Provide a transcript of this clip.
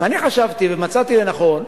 אני חשבתי ומצאתי לנכון,